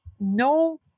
no